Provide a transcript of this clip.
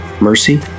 Mercy